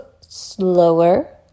slower